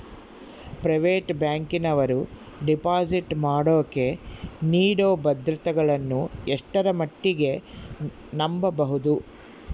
Private ಬ್ಯಾಂಕಿನವರು deposit ಮಾಡೋಕೆ ನೇಡೋ ಭದ್ರತೆಗಳನ್ನು ಎಷ್ಟರ ಮಟ್ಟಿಗೆ ನಂಬಬಹುದು?